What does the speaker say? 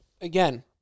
Again